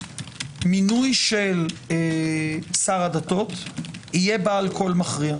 מינוי של שר הדתות יהיה בעל קול מכריע.